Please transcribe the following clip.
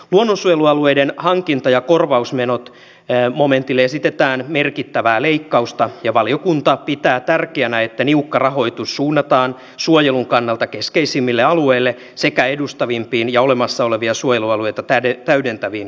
luonnonsuojelualueiden hankinta ja korvausmenot momentille esitetään merkittävää leikkausta ja valiokunta pitää tärkeänä että niukka rahoitus suunnataan suojelun kannalta keskeisimmille alueille sekä edustavimpiin ja olemassa olevia suojelualueita täydentäviin kohteisiin